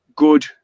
good